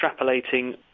extrapolating